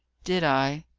did i?